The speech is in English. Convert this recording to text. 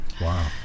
Wow